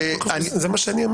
זה מה שאני אמרתי.